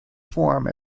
form